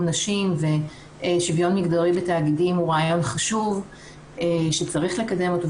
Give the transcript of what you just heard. נשים ושוויון מגדרי ותאגידים הוא רעיון חשוב שצריך לקדם אותו,